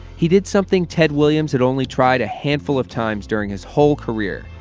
he did something ted williams had only tried a handful of times during his whole career